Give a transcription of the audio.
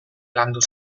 landu